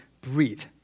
breathe